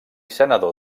senador